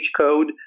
code